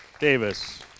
Davis